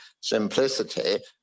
simplicity